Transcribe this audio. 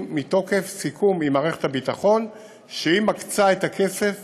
מתוקף סיכום עם מערכת הביטחון שהיא מקצה את הכסף